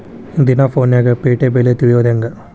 ದಿನಾ ಫೋನ್ಯಾಗ್ ಪೇಟೆ ಬೆಲೆ ತಿಳಿಯೋದ್ ಹೆಂಗ್?